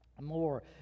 more